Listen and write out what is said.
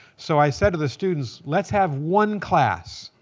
so i said to the students, let's have one class